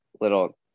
little